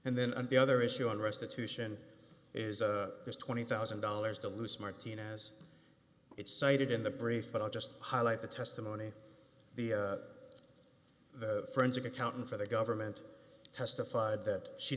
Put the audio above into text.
and then the other issue on restitution is this twenty thousand dollars to lose martinez it's cited in the brief but i'll just highlight the testimony the forensic accountant for the government testified that she